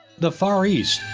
the far east,